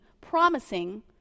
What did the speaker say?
promising